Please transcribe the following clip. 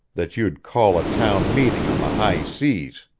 that you'd call a town meeting on the high seas?